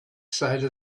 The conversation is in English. side